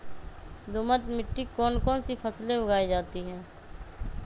दोमट मिट्टी कौन कौन सी फसलें उगाई जाती है?